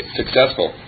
successful